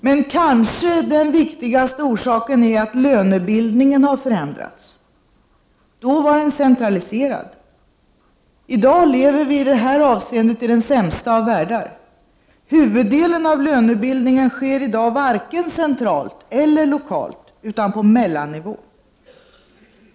Den kanske viktigaste orsaken är att lönebildningen har förändrats. Då var den centraliserad. I dag lever vi i det avseendet i den sämsta av världar. Huvuddelen av lönebildningen sker i dag varken centralt eller lokalt utan på mellannivå.